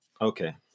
Okay